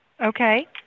Okay